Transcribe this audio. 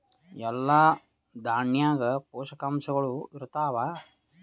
ಎಲ್ಲಾ ದಾಣ್ಯಾಗ ಪೋಷಕಾಂಶಗಳು ಇರತ್ತಾವ?